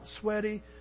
sweaty